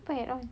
apa add on